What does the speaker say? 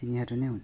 तिनीहरू नै हुन्